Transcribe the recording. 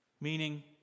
meaning